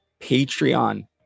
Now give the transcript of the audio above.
Patreon